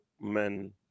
men